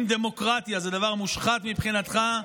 אם דמוקרטיה זה דבר מושחת מבחינתך,